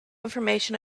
information